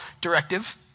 directive